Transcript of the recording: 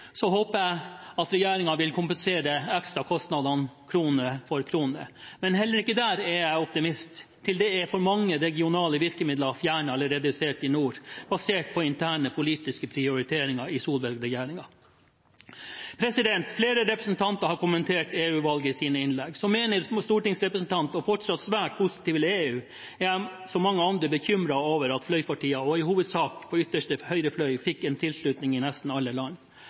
håper jeg at regjeringen vil kompensere ekstrakostnadene krone for krone. Men heller ikke der er jeg optimist. Til det er for mange regionale virkemidler fjernet eller redusert i nord, basert på interne politiske prioriteringer i Solberg-regjeringen. Flere representanter har kommentert EU-valget i sine innlegg. Som menig stortingsrepresentant og fortsatt svært positiv til EU, er jeg, som mange andre, bekymret over at fløypartiene – hovedsakelig på ytterste høyre fløy – fikk en tilslutning i nesten alle land.